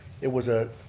it was a